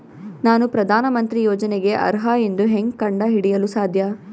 ನಾನು ಪ್ರಧಾನ ಮಂತ್ರಿ ಯೋಜನೆಗೆ ಅರ್ಹ ಎಂದು ಹೆಂಗ್ ಕಂಡ ಹಿಡಿಯಲು ಸಾಧ್ಯ?